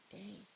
day